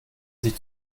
sich